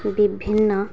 ବିଭିନ୍ନ